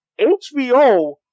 HBO